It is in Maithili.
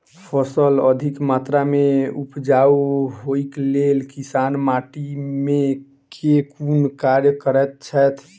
फसल अधिक मात्रा मे उपजाउ होइक लेल किसान माटि मे केँ कुन कार्य करैत छैथ?